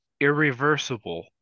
irreversible